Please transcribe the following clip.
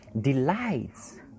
delights